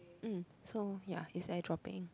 mm so ya he's airdropping